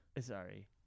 sorry